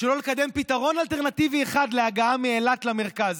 לא לקדם פתרון אלטרנטיבי אחד להגעה מאילת למרכז,